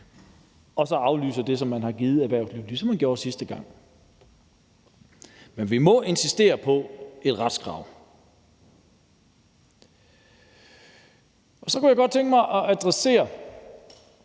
og aflyser det, som man har givet erhvervslivet – ligesom man gjorde sidste gang – men vi må insistere på et retskrav. Så kunne jeg godt tænke mig at adressere